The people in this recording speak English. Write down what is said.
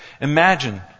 imagine